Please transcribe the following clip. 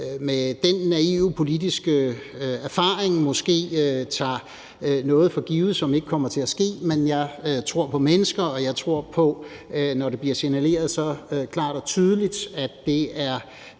med den naive politiske erfaring måske tager noget for givet, som så ikke kommer til at ske, men jeg tror på mennesker, og når det bliver signaleret så klart og tydeligt, at det er